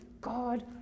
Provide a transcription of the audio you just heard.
God